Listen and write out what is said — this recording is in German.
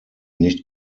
nicht